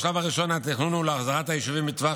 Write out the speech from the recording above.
בשלב הראשון התכנון הוא להחזרת היישובים בטווח